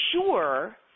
sure